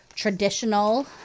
traditional